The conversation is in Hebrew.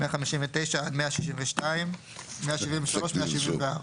159 עד 162, 173 ו-174.